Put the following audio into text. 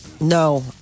No